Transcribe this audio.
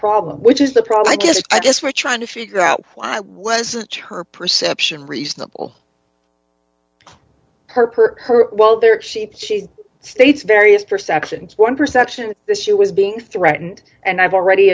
problem which is the problem i guess i guess we're trying to figure out why was the term perception reasonable her per her well there is she she states various perceptions one perception this she was being threatened and i've already